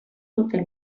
dute